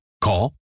Call